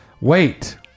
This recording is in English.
Wait